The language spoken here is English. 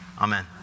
Amen